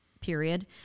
period